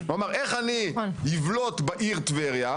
הוא אמר: איך אני אבלוט בעיר טבריה,